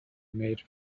made